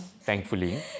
thankfully